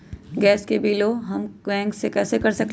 Gas के बिलों हम बैंक से कैसे कर सकली?